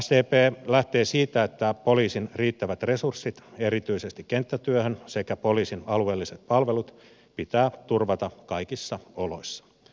sdp lähtee siitä että poliisin riittävät resurssit erityisesti kenttätyöhön sekä poliisin alueelliset palvelut pitää turvata kaikissa oloissa